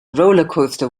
rollercoaster